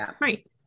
right